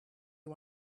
you